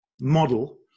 model